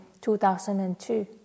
2002